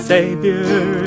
Savior